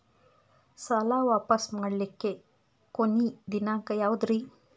ಸಾಲಾ ವಾಪಸ್ ಮಾಡ್ಲಿಕ್ಕೆ ಕೊನಿ ದಿನಾಂಕ ಯಾವುದ್ರಿ?